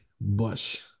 Bush